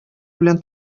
белән